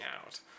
out